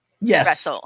yes